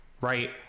right